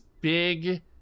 big